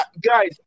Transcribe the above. Guys